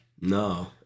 no